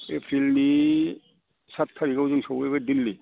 एप्रिलनि साद थारिखाव जों सहैबाय दिल्लि